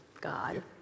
God